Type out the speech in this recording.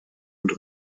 und